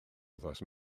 wythnos